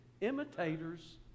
imitators